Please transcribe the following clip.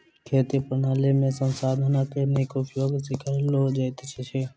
खेती प्रणाली में संसाधनक नीक उपयोग सिखाओल जाइत अछि